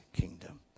kingdom